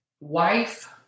Wife